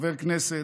חבר כנסת,